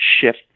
shift